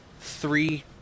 three